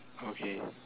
okay